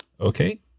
Okay